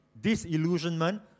disillusionment